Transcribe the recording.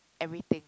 everything